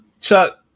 chuck